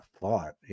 thought